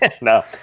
No